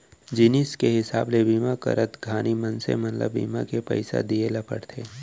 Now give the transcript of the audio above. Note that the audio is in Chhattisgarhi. जिनिस के हिसाब ले बीमा करत घानी मनसे मन ल बीमा के पइसा दिये ल परथे